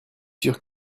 sûr